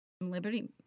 Liberty